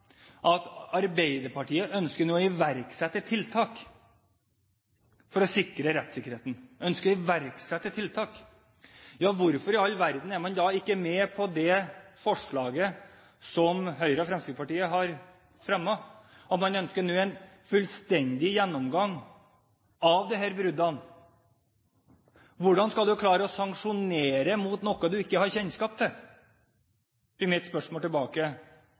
at Arbeiderpartiet ønsker å iverksette tiltak for å sikre rettssikkerheten, hvorfor i all verden er man da ikke med på det forslaget som Høyre og Fremskrittspartiet har fremmet, om at man ønsker en fullstendig gjennomgang av disse bruddene. Hvordan skal man klare å sanksjonere mot noe man ikke har kjennskap til? er mitt spørsmål tilbake